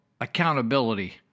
Accountability